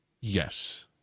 Yes